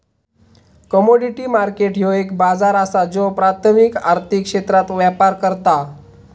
commodity market ह्यो एक बाजार असा ज्यो प्राथमिक आर्थिक क्षेत्रात व्यापार करता